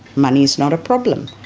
money is not a problem.